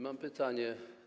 Mam pytanie.